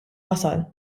wasal